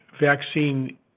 vaccine